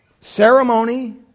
Ceremony